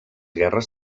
guerres